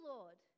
Lord